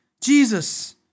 Jesus